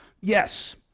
yes